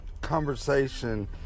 conversation